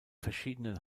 verschiedenen